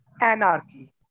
anarchy